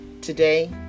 today